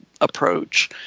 approach